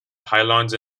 pylons